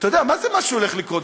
אתה יודע, מה זה משהו הולך לקרות?